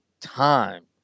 Time